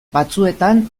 batzuetan